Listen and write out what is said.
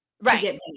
right